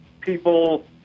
people